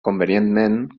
convenientment